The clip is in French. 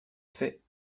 fait